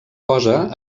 cosa